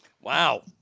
Wow